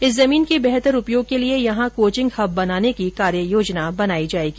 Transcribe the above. इस जमीन के बेहतर उपयोग के लिए यहां कोचिंग हब बनाने की कार्ययोजना बनाई जाएगी